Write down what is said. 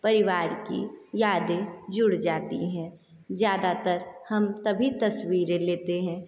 परिवार की यादें जुड़ जाती हैं ज़्यादातर हम तभी तस्वीरें लेते हैं